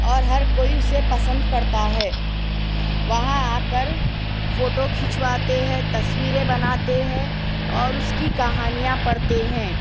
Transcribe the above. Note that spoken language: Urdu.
اور ہر کوئی اسے پسند کرتا ہے وہاں آ کر فوٹو کھنچواتے ہے تصویریں بناتے ہے اور اس کی کہانیاں پڑھتے ہیں